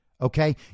Okay